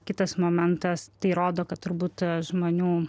kitas momentas tai rodo kad turbūt žmonių